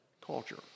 culture